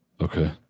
Okay